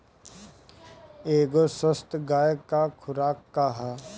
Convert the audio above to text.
एगो स्वस्थ गाय क खुराक का ह?